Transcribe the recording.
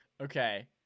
Okay